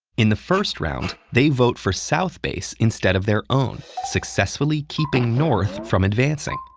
in the first round, they vote for south base instead of their own, successfully keeping north from advancing.